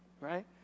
Right